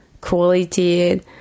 quality